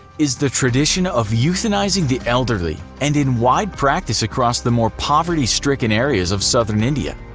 is the tradition of euthanizing the elderly and in wide practice across the more poverty-stricken areas of southern india.